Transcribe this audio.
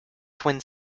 twin